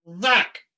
Zach